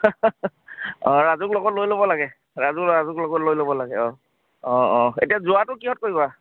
অঁ ৰাজুক লগত লৈ ল'ব লাগে ৰাজু ৰাজুক লগত লৈ ল'ব লাগে অঁ অঁ অঁ এতিয়া যোৱাটো কিহত কৰিবা